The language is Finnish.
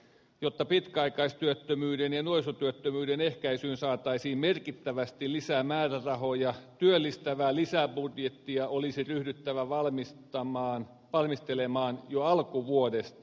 jotta pitkäaikaistyöttömyyden ja nuorisotyöttömyyden ehkäisyyn saataisiin merkittävästi lisää määrärahoja työllistävää lisäbudjettia olisi ryhdyttävä valmistelemaan jo alkuvuodesta